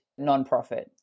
nonprofit